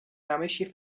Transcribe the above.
نمایش، یه